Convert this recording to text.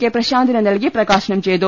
K പ്രശാന്തിന് നൽകി പ്രകാശനം ചെയ്തു